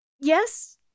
Yes